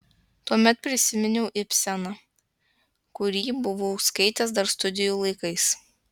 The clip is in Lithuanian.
tuomet prisiminiau ibseną kurį buvau skaitęs dar studijų laikais